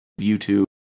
youtube